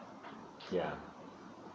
ya